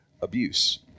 abuse